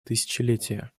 тысячелетия